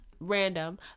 Random